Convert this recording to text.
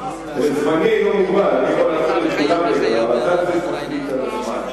זמני אינו מוגבל, אתה הוא זה שמחליט על הזמן.